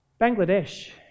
Bangladesh